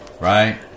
Right